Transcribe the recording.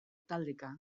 taldeka